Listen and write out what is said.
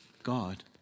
God